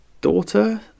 daughter